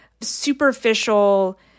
superficial